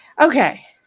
okay